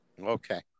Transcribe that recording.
Okay